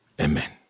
Amen